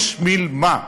בשביל מה?